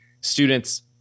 students